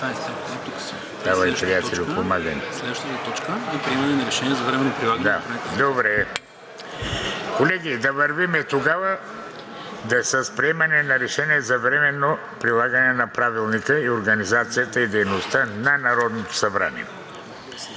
Колеги, да вървим с приемане на решение за временно прилагане на Правилника за организацията и дейността на Народното събрание.